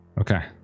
Okay